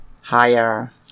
higher